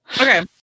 okay